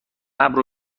ابر